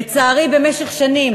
לצערי, במשך שנים